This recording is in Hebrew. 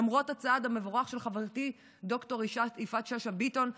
למרות הצעד המבורך של חברתי ד"ר יפעת שאשא ביטון,